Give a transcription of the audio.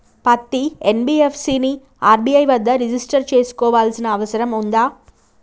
పత్తి ఎన్.బి.ఎఫ్.సి ని ఆర్.బి.ఐ వద్ద రిజిష్టర్ చేసుకోవాల్సిన అవసరం ఉందా?